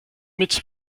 mit